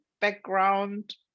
background